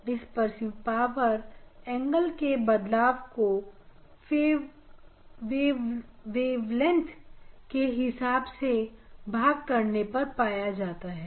dispersive power angle के बदलाव को फेवरेट के बदलाव से भाग करने पर पाया जाता है